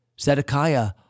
Zedekiah